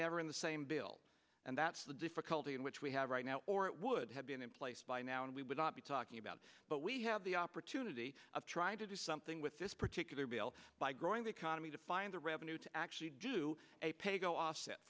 never in the same bill and that's the difficulty in which we have right now or it would have been in place by now and we would not be talking about but we have the opportunity of trying to do something with this particular bill by growing the economy to find the revenue to actually do a pay go offset